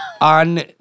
On